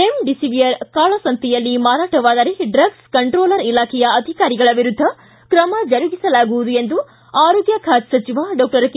remdesivir ಕಾಳಸಂತೆಯಲ್ಲಿ ಮಾರಾಟವಾದರೆ ಡ್ರಗ್ಲೆ ಕಂಟ್ರೋಲರ್ ಇಲಾಖೆಯ ಅಧಿಕಾರಿಗಳ ವಿರುದ್ಧ ತ್ರಮ ಜರುಗಿಸಲಾಗುವುದು ಎಂದು ಆರೋಗ್ಯ ಖಾತೆ ಸಚಿವ ಡಾಕ್ಟರ್ ಕೆ